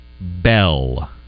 Bell